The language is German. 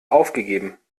aufgegeben